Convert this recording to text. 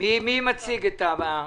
מי מציג את הבקשה?